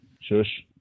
Shush